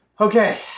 Okay